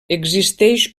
existeix